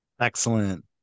Excellent